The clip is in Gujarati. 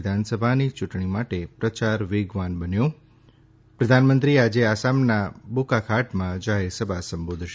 વિધાનસભાની યૂંટણી માટે પ્રચાર વેગવાન બન્યો પ્રધાનમંત્રી આજે આસામના બોકાખાટમાં જાહેરસભા સંબોધશે